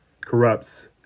corrupts